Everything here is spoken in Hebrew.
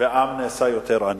והעם נעשה יותר עני.